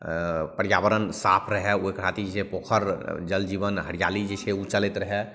पर्यावरण साफ रहै ओहि खातिर जे पोखरि जल जीवन हरिआली जे छै ओ चलैत रहै